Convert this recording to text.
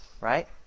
right